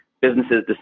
businesses